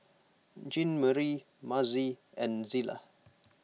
Jeanmarie Mazie and Zela